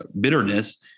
bitterness